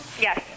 Yes